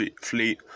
Fleet